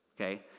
okay